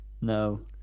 No